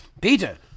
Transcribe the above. Peter